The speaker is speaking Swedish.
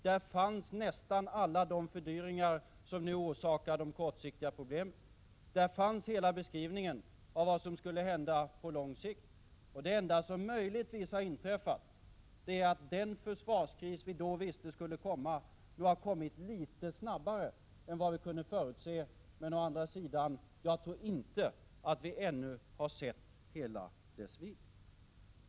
Där fanns nästan alla fördyringar som nu orsakar de kortsiktiga problemen. Och där fanns hela beskrivningen av vad som skulle hända på lång sikt. Det enda som möjligtvis har inträffat är att den försvarskris som vi då visste skulle komma har kommit litet snabbare än vad vi kunde förutse. Men å andra sidan tror jag att vi ännu inte har sett hela dess vidd.